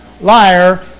liar